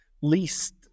least